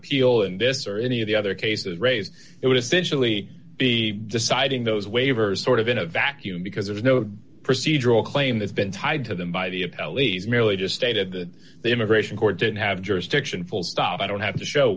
appeal in this or any of the other cases raise it would essentially be deciding those waivers sort of in a vacuum because there's no procedural claim that's been tied to them by the ellie's merely just stated that the immigration court didn't have jurisdiction full stop i don't have to show